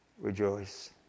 rejoice